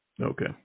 okay